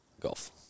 golf